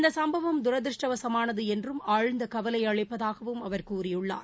இந்த சம்பவம் தூதிருஷ்டவசமானது என்றும் ஆழ்ந்த கவலை அளிப்பதாகவும் அவர் கூறியுள்ளார்